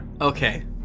Okay